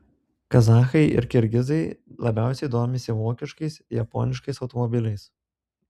kazachai ir kirgizai labiausiai domisi vokiškais japoniškais automobiliais